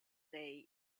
say